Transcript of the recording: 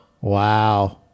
Wow